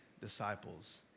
disciples